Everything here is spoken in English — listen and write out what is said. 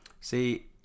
See